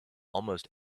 almost